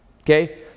Okay